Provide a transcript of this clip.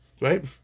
right